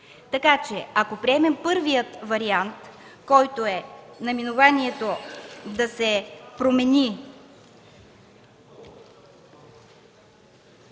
Така че, ако приемем първия вариант, който е наименованието да се промени